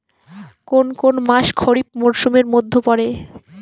কোন কোন মাস খরিফ মরসুমের মধ্যে পড়ে?